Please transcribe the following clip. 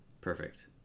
Perfect